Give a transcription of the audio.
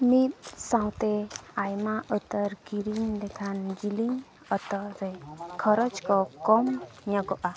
ᱢᱤᱫ ᱥᱟᱶᱛᱮ ᱟᱭᱢᱟ ᱩᱛᱟᱹᱨ ᱠᱤᱨᱤᱧ ᱞᱮᱠᱷᱟᱱ ᱡᱤᱞᱤᱧ ᱚᱠᱛᱚ ᱨᱮ ᱠᱷᱚᱨᱚᱪ ᱠᱚ ᱠᱚᱢ ᱧᱚᱜᱚᱜᱼᱟ